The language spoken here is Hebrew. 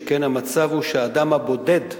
שכן המצב הוא שהאדם הבודד,